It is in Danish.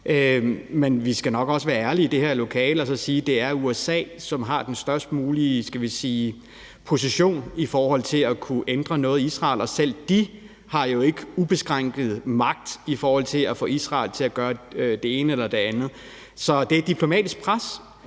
Men vi skal nok også være ærlige i det her lokale og så sige, at det er USA, som har den størst mulige position i forhold til at kunne ændre noget i Israel, og selv de har jo ikke ubegrænset magt i forhold til at få Israel til at gøre det ene eller det andet. Så det er et diplomatisk pres.